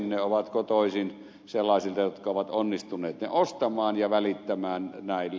ne ovat kotoisin sellaisilta jotka ovat onnistuneet ne ostamaan ja välittämään näille